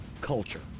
culture